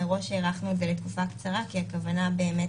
מראש הארכנו את זה לתקופה קצרה כי הכוונה באמת